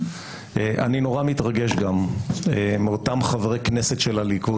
אני נורא מתרגש מחברי הכנסת של הליכוד